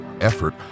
effort